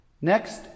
Next